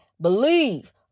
Believe